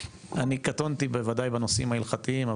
אני קטונתי בוודאי בנושאים ההלכתיים,